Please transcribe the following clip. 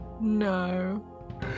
No